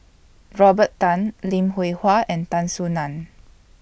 Robert Tan Lim Hwee Hua and Tan Soo NAN